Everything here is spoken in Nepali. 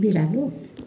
बिरालो